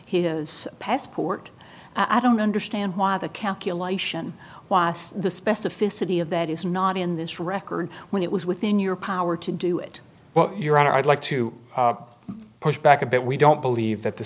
his passport i don't understand why the calculation was the specificity of that is not in this record when it was within your power to do it well your honor i'd like to push back a bit we don't believe that the